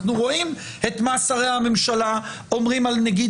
אנחנו שומעים מה אומרים שרי הממשלה על נגיד